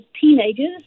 teenagers